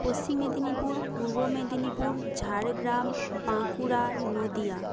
Paschim Medinipur Purba Medinipur Jhargram Bankura Nadia